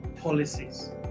policies